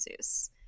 Zeus